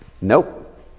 Nope